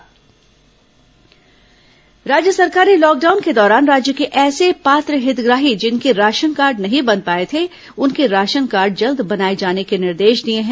corona ration card राज्य सरकार ने लॉकडाउन के दौरान राज्य के ऐसे पात्र हितग्राही जिनके राशन कार्ड नहीं बन पाए थे उनके राशन कार्ड जल्द बनाए जाने के निर्देश दिए हैं